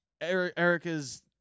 Erica's